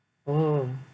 oh